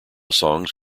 songs